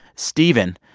stephen,